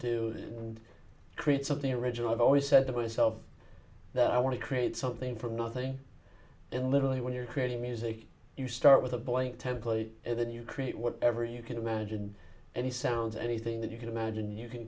do and create something original i've always said to myself that i want to create something from nothing and literally when you're creating music you start with a blank template and then you create whatever you can imagine any sound anything that you can imagine you can